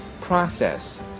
process